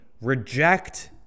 reject